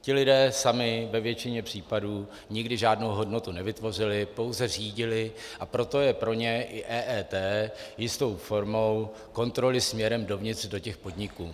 Ti lidé sami ve většině případů nikdy žádnou hodnotu nevytvořili, pouze řídili, a proto je pro ně i EET jistou formou kontroly směrem dovnitř do těch podniků.